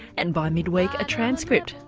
and by midweek a transcript.